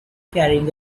carrying